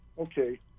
okay